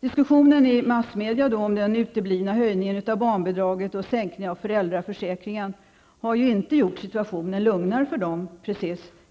Diskussionen i massmedia om den uteblivna höjningen av barnbidraget och sänkningen av föräldraförsäkringen har inte precis gjort situationen lugnare för dem,